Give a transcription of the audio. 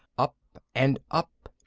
up and up.